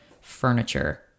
furniture